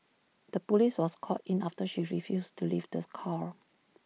the Police was called in after she refused to leave this car